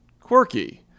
quirky